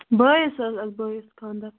بٲیِس حظ اَسہِ بٲیِس خانٛدَر